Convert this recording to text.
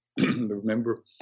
Remember